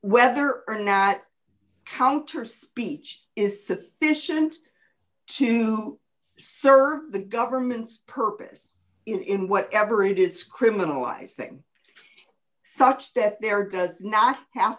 whether or not counter speech is sufficient to serve the government's purpose in whatever it is criminalizing such that there does not have